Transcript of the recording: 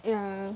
yeah